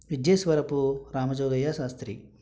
Vijeshwarapu Ramajogayya Sastry